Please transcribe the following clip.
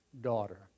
daughter